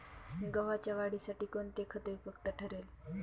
गव्हाच्या वाढीसाठी कोणते खत उपयुक्त ठरेल?